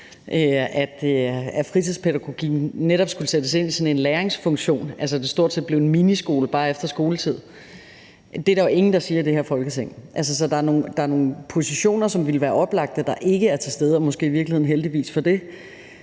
at fritidspædagogikken netop skulle sættes ind i en sådan læringsfunktion, altså så det stort set blev en miniskole, bare efter skoletid. Det er der jo ingen der siger i det her Folketing. Så der er nogle positioner, der ville være oplagte, men som ikke er til stede – og måske i virkeligheden heldigvis for det